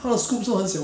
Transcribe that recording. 有 daphne